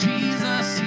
Jesus